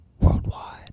worldwide